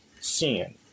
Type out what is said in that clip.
sin